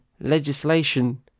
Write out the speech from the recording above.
legislation